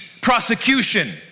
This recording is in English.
prosecution